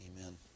Amen